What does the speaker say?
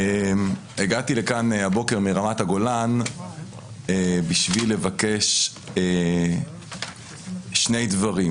הגעתי לכאן הבוקר מרמת הגולן בשביל לבקש שני דברים: